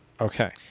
Okay